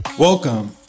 Welcome